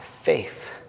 faith